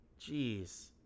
Jeez